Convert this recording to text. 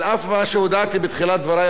על אף מה שהודעתי בתחילת דברי,